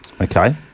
Okay